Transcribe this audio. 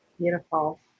Beautiful